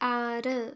ആറ്